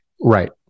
Right